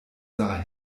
sah